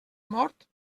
mort